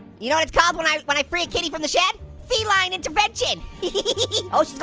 you know what it's called when i when i free a kitty from the shed? feline intervention how